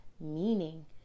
meaning